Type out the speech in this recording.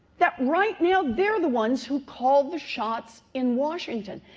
that right now they're the ones who call the shots in washington.